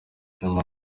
nyuma